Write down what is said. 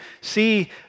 see